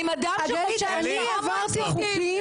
האם אדם שחושב שהומו ------ גלית,